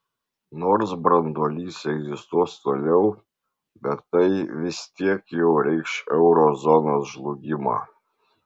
nors branduolys egzistuos toliau bet tai vis tiek jau reikš euro zonos žlugimą